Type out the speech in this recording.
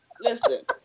Listen